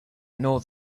nor